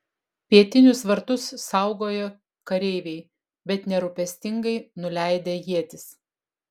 pietinius vartus saugojo kareiviai bet nerūpestingai nuleidę ietis